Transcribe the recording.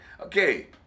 Okay